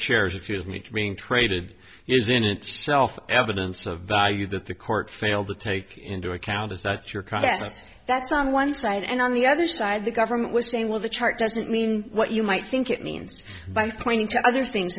chairs if you is me being traded is in itself evidence of value that the court failed to take into account is that your concept that's on one side and on the other side the government was saying well the chart doesn't mean what you might think it means by pointing to other things